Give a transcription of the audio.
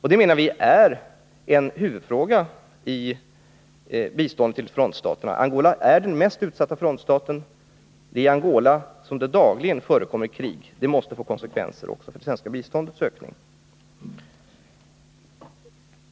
Vi menar att det är en huvudfråga i biståndet till frontstaterna. Angola är den mest utsatta frontstaten, och i Angola förekommer det dagligen krigshandlingar. Det måste få konsekvenser också för det svenska biståndets ökning.